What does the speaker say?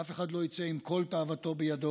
אף אחד לא יצא עם כל תאוותו בידו,